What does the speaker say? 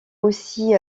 aussi